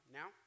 now